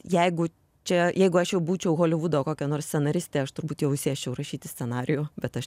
jeigu čia jeigu aš jau būčiau holivudo kokia nors scenaristė aš turbūt jau sėsčiau rašyti scenarijų bet aš